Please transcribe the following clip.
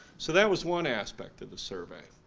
so that was one aspect of the survey.